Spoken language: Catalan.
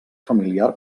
familiar